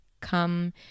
come